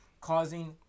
Causing